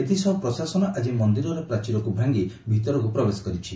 ଏଥିସହ ପ୍ରଶାସନ ଆଜି ମନ୍ଦିରର ପ୍ରାଚୀରକୁ ଭାଙ୍ଗି ଭିତରକୁ ପ୍ରବେଶ କରିଛି